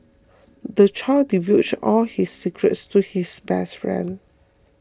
the child divulged all his secrets to his best friend